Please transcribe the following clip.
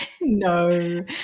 no